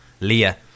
Leah